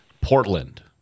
Portland